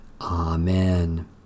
Amen